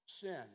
sin